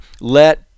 let